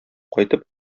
кайтып